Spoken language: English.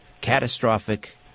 catastrophic